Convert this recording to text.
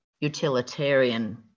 utilitarian